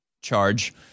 charge